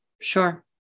sure